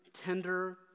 tender